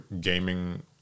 gaming